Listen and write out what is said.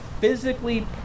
physically